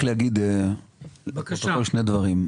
רק להגיד שני דברים.